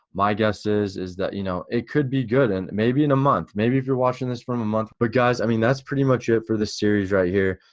my guess is, is that you know it could be good and maybe in a month, maybe if you're watching this from a month but guys, i mean that's pretty much it for the series right here.